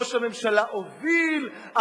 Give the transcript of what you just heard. ראש הממשלה הוביל,